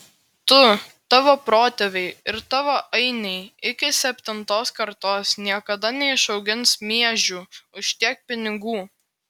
tu tavo protėviai ir tavo ainiai iki septintos kartos niekada neišaugins miežių už tiek pinigų